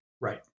Right